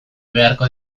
beharko